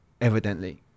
evidently